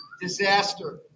Disaster